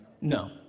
No